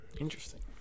Interesting